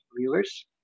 viewers